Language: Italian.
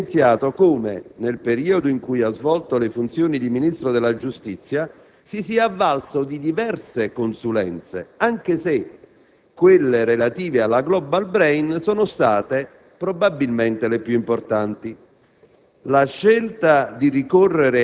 Il senatore Castelli ha evidenziato come, nel periodo in cui ha svolto le funzioni di Ministro della giustizia, si sia avvalso di diverse consulenze, anche se quelle relative alla *Global Brain* sono state probabilmente le più importanti.